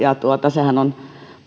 sehän on